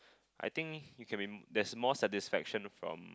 I think you can be there's more satisfaction from